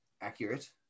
accurate